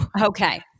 Okay